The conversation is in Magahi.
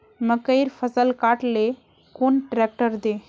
मकईर फसल काट ले कुन ट्रेक्टर दे?